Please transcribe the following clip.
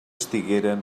estigueren